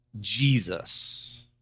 Jesus